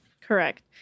Correct